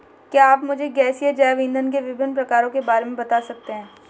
क्या आप मुझे गैसीय जैव इंधन के विभिन्न प्रकारों के बारे में बता सकते हैं?